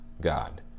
God